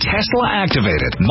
Tesla-activated